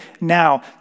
now